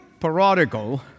parodical